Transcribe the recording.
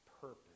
purpose